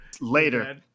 later